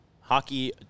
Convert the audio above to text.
Hockey